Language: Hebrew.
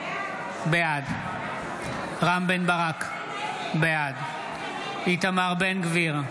בעד רם בן ברק, בעד איתמר בן גביר,